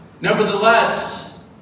Nevertheless